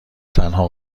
تنها